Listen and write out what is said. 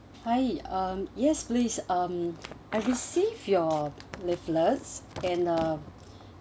hi um yes please um I received your leaflets and uh